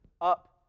up